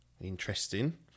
Interesting